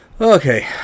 Okay